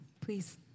please